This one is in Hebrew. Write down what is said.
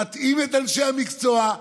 מטעים את אנשי המקצוע,